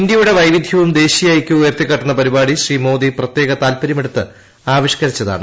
ഇന്ത്യയ്ക്ട്ട് വൈവിധ്യവും ദേശീയ ഐക്യവും ഉയർത്തിക്കാട്ടുന്ന പരിപാടി ശ്രീ മോദി പ്രത്യേക താൽപ്പര്യമെടുത്ത് ആവിഷ്ക്കരിച്ചതാണ്